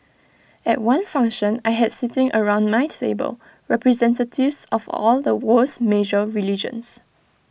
at one function I had sitting around my stable representatives of all the world's major religions